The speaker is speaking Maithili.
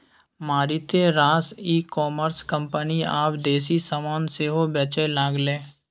मारिते रास ई कॉमर्स कंपनी आब देसी समान सेहो बेचय लागलै